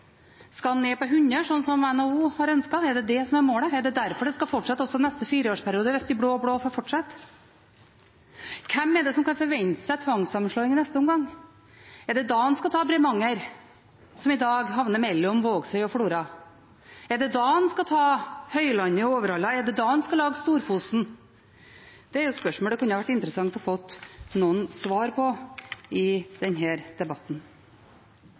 Skal man ned til 100, slik NHO har ønsket – er det det som er målet? Er det derfor det skal fortsette også i neste fireårsperiode hvis de blå-blå får fortsette? Hvem er det som kan forvente seg tvangssammenslåing i neste omgang? Er det da man skal ta Bremanger, som i dag havner mellom Vågsøy og Flora? Er det da man skal ta Høylandet og Overhalla, er det da man skal lage Stor-Fosen? Det er spørsmål det kunne vært interessant å få noen svar på i denne debatten. Det er riktig at den